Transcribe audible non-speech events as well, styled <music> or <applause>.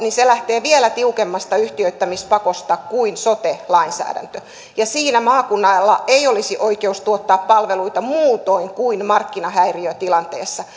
niin se lähtee vielä tiukemmasta yhtiöittämispakosta kuin sote lainsäädäntö ja siinä maakunnalla ei olisi oikeutta tuottaa palveluita muutoin kuin markkinahäiriötilanteessa <unintelligible>